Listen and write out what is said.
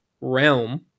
realm